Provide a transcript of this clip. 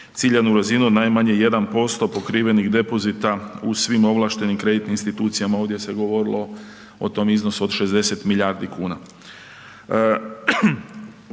ciljanu razinu od najmanje 1% pokrivenih depozita u svim ovlaštenim kreditnim institucijama, ovdje se govorilo o tom iznosu od 60 milijardi kuna.